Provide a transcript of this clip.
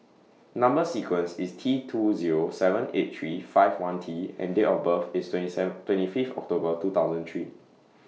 Number sequence IS T two Zero seven eight three five one T and Date of birth IS twenty seven twenty Fifth October two thousand three